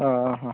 ହଁ ହଁ